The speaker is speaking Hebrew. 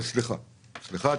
אני מתנצל.